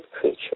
creature